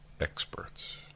Experts